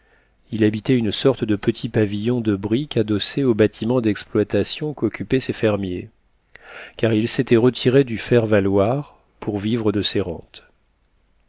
il habitait une sorte de petit pavillon de briques adossé aux bâtiments d'exploitation qu'occupaient ses fermiers car il s'était retiré du faire valoir pour vivre de ses rentes